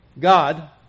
God